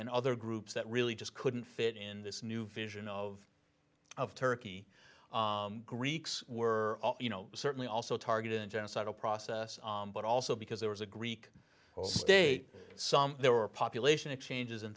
and other groups that really just couldn't fit in this new vision of of turkey greeks were you know certainly also targeted in genocidal process but also because there was a greek state some there were population exchanges and